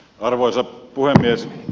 arvoisa puhemies